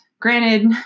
granted